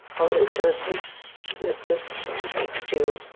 all it does it it just makes you